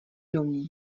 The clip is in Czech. domů